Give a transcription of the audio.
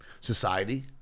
society